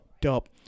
dope